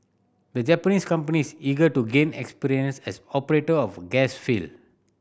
the Japanese company is eager to gain experience as operator of gas field